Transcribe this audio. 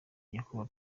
nyakubahwa